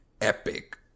epic